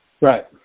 Right